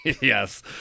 Yes